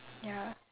ya